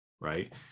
right